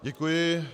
Děkuji.